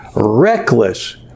reckless